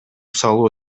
салуу